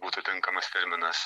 būtų tinkamas terminas